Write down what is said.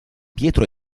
pietro